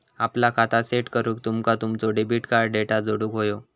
आपला खाता सेट करूक तुमका तुमचो डेबिट कार्ड डेटा जोडुक व्हयो